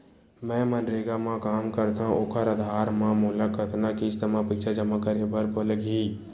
मैं मनरेगा म काम करथव, ओखर आधार म मोला कतना किस्त म पईसा जमा करे बर लगही?